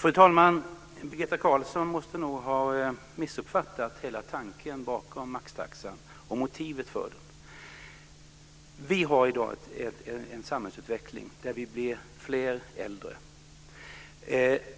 Fru talman! Birgitta Carlsson måste ha missuppfattat tanken bakom maxtaxan och motivet för den. Vi har i dag en samhällsutveckling där vi blir fler äldre.